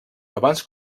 abans